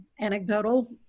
anecdotal